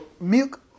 Milk